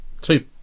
two